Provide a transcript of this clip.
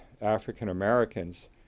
African-Americans